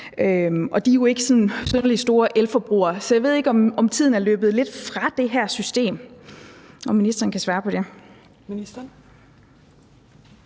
de er jo ikke sådan synderlig store elforbrugere. Så jeg ved ikke, om tiden er løbet lidt fra det her system